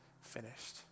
finished